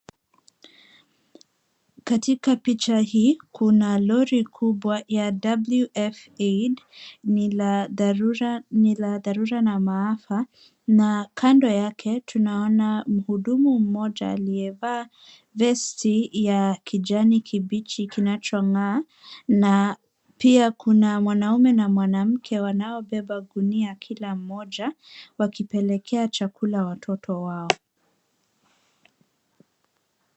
Katika picha hii kuna Lori kubwa ya WF aid ,ni la dharura na maafa na kando Yake tunaona mhudumu moja aliyevaa vesti ya kijani kibichi kinachong'aa na pia kuna mwanaume na mwanamke wanaobeba gunia kila moja wakipelekea chakula watoto wao.